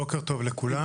בבקשה.